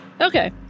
Okay